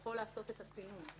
יכול לעשות את הסינון.